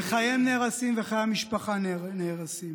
וחייהם נהרסים וחיי המשפחה נהרסים?